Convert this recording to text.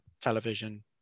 television